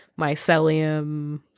mycelium